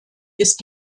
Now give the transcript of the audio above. ist